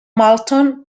malton